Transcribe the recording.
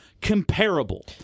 comparable